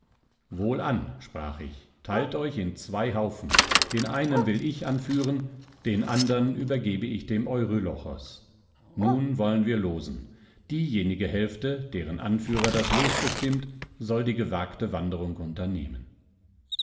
wohlan sprach ich teilt euch in zwei haufen den einen will ich anführen den andern übergebe ich dem eurylochos nun wollen wir losen diejenige hälfte deren anführer das los bestimmt soll die gewagte wanderung unternehmen